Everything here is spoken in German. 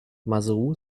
maseru